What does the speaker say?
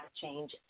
change